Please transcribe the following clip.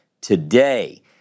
today